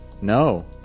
No